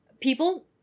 People